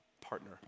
partner